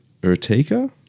Urtica